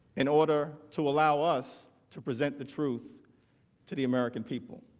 in order to allow us to present the truth to the american people